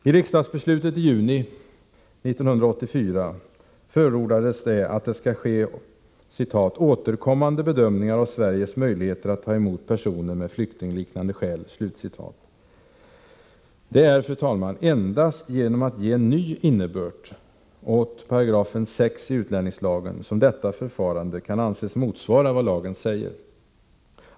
I riksdagsbeslutet i juni 1984 förordas att det skall ske ”återkommande bedömningar av Sveriges möjligheter att ta emot personer med flyktingliknande skäl”. Det är, fru talman, endast genom att ge en ny innebörd åt 6 § utlänningslagen som detta förfarande kan anses motsvara vad lagen säger.